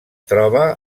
troba